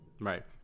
Right